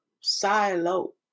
silo